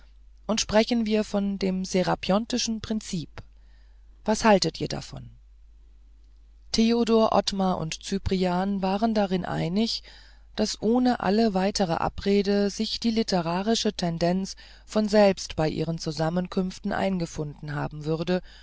und sprechen wir von dem serapiontischen prinzip was haltet ihr davon theodor ottmar und cyprian waren darin einig daß ohne alle weitere abrede sich die literarische tendenz von selbst bei ihren zusammenkünften eingefunden haben würde